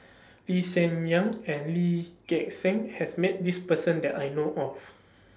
Lee Hsien Yang and Lee Gek Seng has Met This Person that I know of